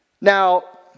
Now